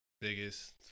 biggest